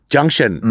Junction